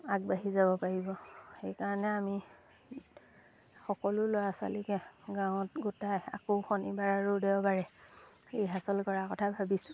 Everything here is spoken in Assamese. আগবাঢ়ি যাব পাৰিব সেইকাৰণে আমি সকলো ল'ৰা ছোৱালীকে গাঁৱত গোটাই আকৌ শনিবাৰ আৰু দেওবাৰে ৰিহাৰ্চেল কৰাৰ কথা ভাবিছোঁ